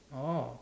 oh